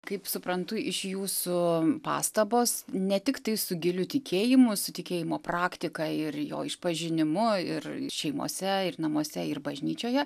kaip suprantu iš jūsų pastabos ne tiktai su giliu tikėjimu su tikėjimo praktika ir jo išpažinimu ir šeimose ir namuose ir bažnyčioje